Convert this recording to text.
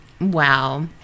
wow